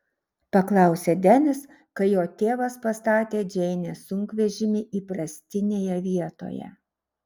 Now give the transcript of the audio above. paklausė denis kai jo tėvas pastatė džeinės sunkvežimį įprastinėje vietoje